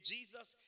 Jesus